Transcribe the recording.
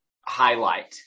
highlight